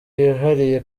yihariye